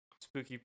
spooky